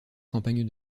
campagne